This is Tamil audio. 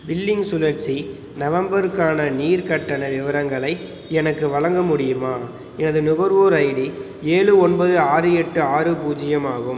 பில்லிங் சுழற்சி நவம்பருக்கான நீர் கட்டண விவரங்களை எனக்கு வழங்க முடியுமா எனது நுகர்வோர் ஐடி ஏழு ஒன்பது ஆறு எட்டு ஆறு பூஜ்ஜியம் ஆகும்